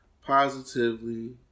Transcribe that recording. positively